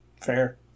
Fair